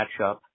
matchup